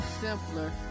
simpler